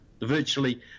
virtually